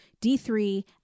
D3